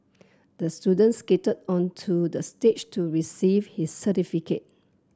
the student skated onto the stage to receive his certificate